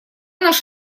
наш